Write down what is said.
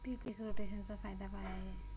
पीक रोटेशनचा फायदा काय आहे?